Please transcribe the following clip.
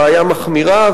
הבעיה מחמירה,